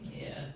Yes